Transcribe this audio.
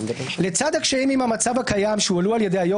לצד הקשיים עם המצב הקיים שהועלו על-ידי היושב-ראש